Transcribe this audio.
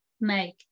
make